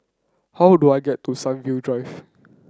how do I get to Sunview Drive